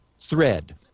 thread